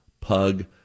Pug